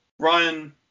Ryan